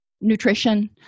nutrition